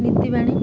ନିତିିବାଣୀ